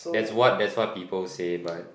that's what that's what people say but